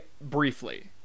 briefly